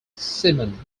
simon